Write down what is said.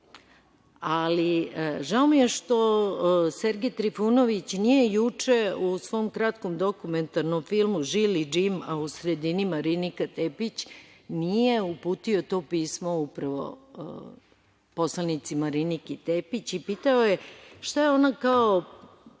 Ali, žao mi je što Sergej Trifunović nije juče u svom kratkom dokumentarnom filmu „Žili Džim“, a u sredini Marinika Tepić, nije uputio to pismo poslanici Marini Tepić i pitao je šta je ona kao